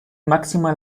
maximal